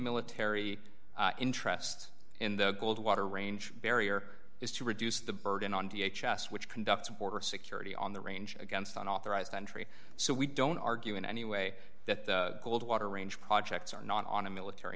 military interest in the goldwater range barrier is to reduce the burden on v h s which conducts border security on the range against an authorized entry so we don't argue in any way that goldwater range projects are not on a military